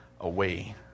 away